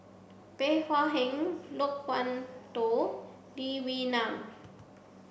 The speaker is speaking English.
Bey Hua Heng Loke Wan Tho Lee Wee Nam